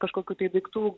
kažkokių tai daiktų